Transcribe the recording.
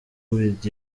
with